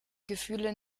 gefühle